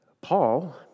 Paul